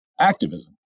activism